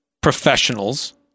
professionals